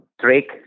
trick